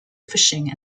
fishing